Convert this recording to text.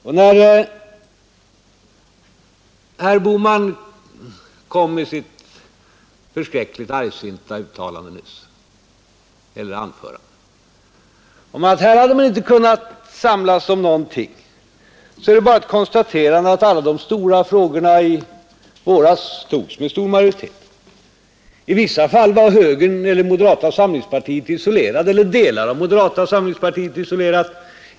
När herr Bohman i sitt argsinta anförande nyss sade att man inte hade kunnat samlas om någonting är det bara att konstatera att besluten i de stora frågorna i våras togs med stor majoritet. I vissa fall var moderata samlingspartiet — eller delar av partiet — isolerat.